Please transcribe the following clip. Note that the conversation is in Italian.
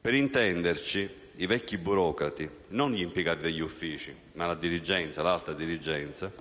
Per intenderci, i vecchi burocrati (non gli impiegati degli uffici, ma l'alta dirigenza)